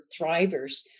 thrivers